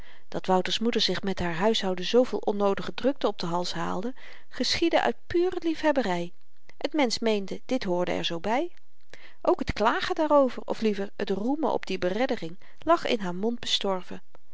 dat wouters moeder zich met haar huishouden zooveel onnoodige drukte op den hals haalde geschiedde uit pure liefhebbery t mensch meende dit hoorde er zoo by ook t klagen daarover of liever t roemen op die bereddering lag in haar mond bestorven